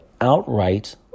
outright